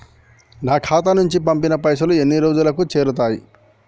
నా ఖాతా నుంచి పంపిన పైసలు ఎన్ని రోజులకు చేరుతయ్?